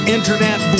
Internet